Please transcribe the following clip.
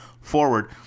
forward